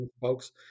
folks